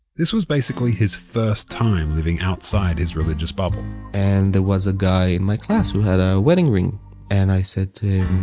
this was basically his first time living outside his religious bubble and there was a guy in my class who had a wedding ring and i said to him,